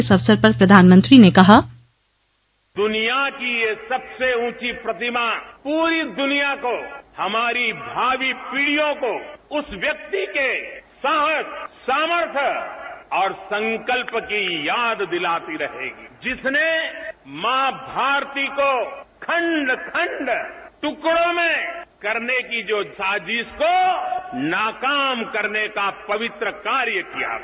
इस अवसर पर प्रधानमंत्री ने कहा दुनिया की ये सबसे ऊंची प्रतिमा प्ररी दुनिया को हमारी भावी पीढियों को उस व्यक्ति के साहस सामर्थय और संकल्प की याद दिलाती रहेगी जिसने मां भारती को खंड खंड टुकड़ों में करने की जो साजिश को नाकाम करने का पवित्र कार्य किया है